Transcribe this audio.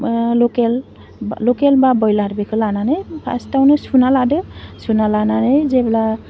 लकेल लकेल बा ब्रयलार बेखौ लानानै फास्टआवनो सुना लादो सुना लानानै जेब्ला